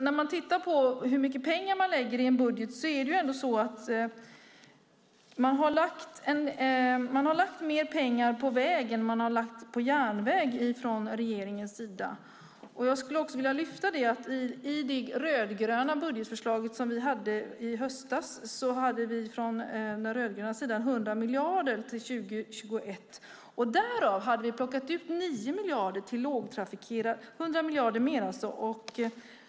När vi tittar på hur mycket pengar som läggs i en budget ser vi att det från regeringens sida läggs mer pengar på väg än på järnväg. Jag skulle vilja lyfta upp att vi i det rödgröna budgetförslag som vi lade fram i höstas hade 100 miljarder mer till 2021.